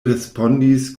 respondis